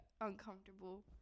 uncomfortable